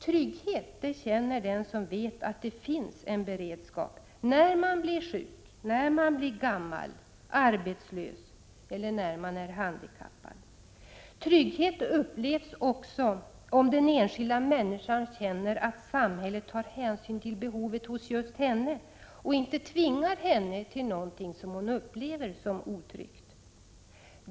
Trygghet känner den som vet att det finns en beredskap, när man blir sjuk, när man blir gammal, när man blir arbetslös eller när man är handikappad. Trygghet upplevs också om den enskilda människan känner att samhället tar hänsyn till behovet hos just henne och inte tvingar henne till något som hon upplever som otryggt.